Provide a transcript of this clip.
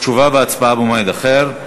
תשובה והצבעה במועד אחר.